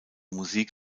musik